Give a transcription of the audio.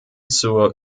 zur